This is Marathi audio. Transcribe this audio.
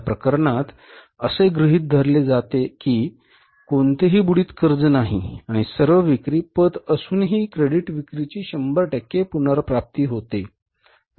या प्रकरणात असे गृहित धरले जाते की असे कोणतेही बुडीत कर्ज नाही आणि सर्व विक्री पत असूनही क्रेडिट विक्रीची 100 टक्के पुनर्प्राप्ती होते